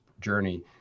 journey